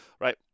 right